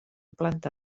planta